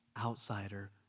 outsider